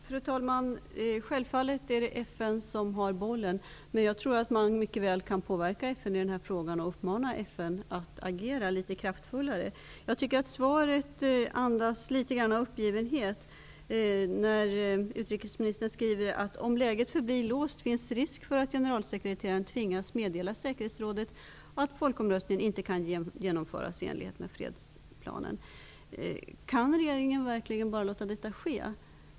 Fru talman! Det är självfallet FN som har bollen, men jag tror att man mycket väl kan påverka FN i den här frågan och uppmana FN att agera litet kraftfullare. Jag tycker att svaret andas litet uppgivenhet när utrikesministern skriver att om läget förblir låst finns risk för att generalsekreteraren tvingas meddela säkerhetsrådet att folkomröstningen inte kan genomföras i enlighet med fredsplanen. Kan regeringen verkligen bara låta detta ske?